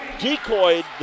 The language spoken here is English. decoyed